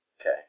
Okay